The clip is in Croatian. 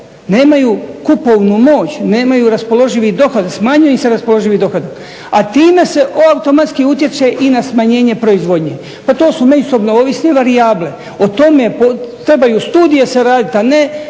Nemaju kupovnu moć, nemaju raspoloživi dohodak, smanjuje im se raspoloživi dohodak. A time se automatski utječe i na smanjenje proizvodnje. Pa to su međusobne varijable. O tome trebaju studije se raditi, a ne